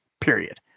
period